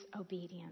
obedience